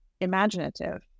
imaginative